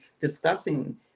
discussing